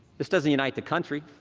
this doesn't unite the country.